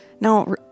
Now